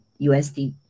USD